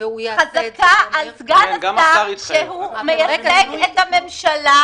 חזקה על סגן השר שהוא מייצג את הממשלה,